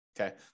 Okay